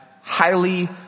highly